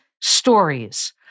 stories